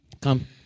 Come